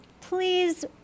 please